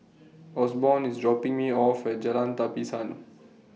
Osborne IS dropping Me off At Jalan Tapisan